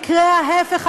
יקרה ההפך הגמור.